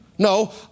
No